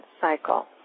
cycle